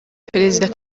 perezida